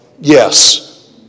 yes